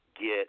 get